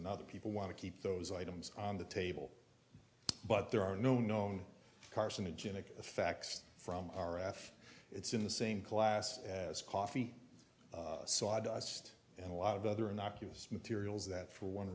another people want to keep those items on the table but there are no known carcinogen and effects from r f it's in the same class as coffee sawdust and a lot of other innocuous materials that for one